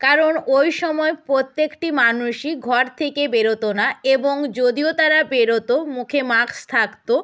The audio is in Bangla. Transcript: কারণ ওই সময় প্রত্যেকটি মানুষই ঘর থেকে বেরোতো না এবং যদিও তারা বেরোতো মুখে মাস্ক থাকতো